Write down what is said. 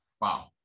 Wow